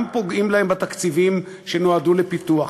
גם פוגעים להם בתקציבים שנועדו לפיתוח,